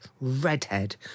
redhead